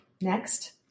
next